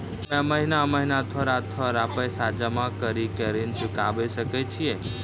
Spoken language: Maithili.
हम्मे महीना महीना थोड़ा थोड़ा पैसा जमा कड़ी के ऋण चुकाबै सकय छियै?